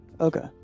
okay